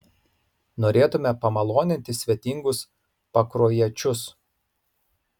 norėtume pamaloninti svetingus pakruojiečius